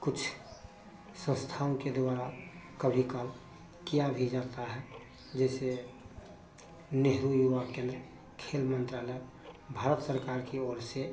कुछ संस्थाओं के द्वारा कभी काल किया भी जाता है जैसे नेहरू युवा केन्द्र खेल मंत्रालय भारत सरकार की ओर से